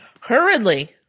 Hurriedly